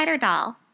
Doll